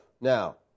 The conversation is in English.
Now